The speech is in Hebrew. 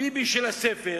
הביבי של הספר,